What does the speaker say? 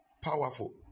Powerful